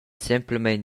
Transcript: semplamein